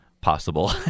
possible